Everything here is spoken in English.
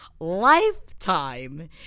Lifetime